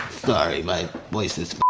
sorry, my voice is